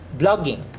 blogging